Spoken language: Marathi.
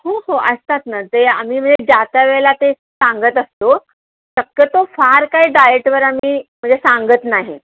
हो हो असतात ना ते आम्ही म्हणजे ज्या त्या वेळेला ते सांगत असतो शक्यतो फार काही डायटवर आम्ही म्हणजे सांगत नाही